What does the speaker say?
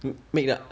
make that